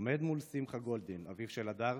עומד מול שמחה גולדין, אביו של הדר,